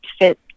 fit